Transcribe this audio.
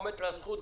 עומדת לה הזכות,